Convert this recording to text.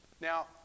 Now